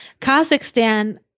Kazakhstan